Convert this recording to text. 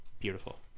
beautiful